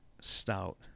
stout